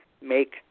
Make